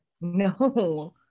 No